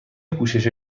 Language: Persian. پوشش